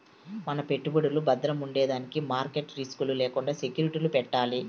మన పెట్టుబడులు బద్రముండేదానికి మార్కెట్ రిస్క్ లు లేకండా సెక్యూరిటీలు పెట్టాలి